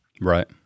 Right